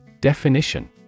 Definition